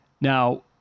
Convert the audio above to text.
Now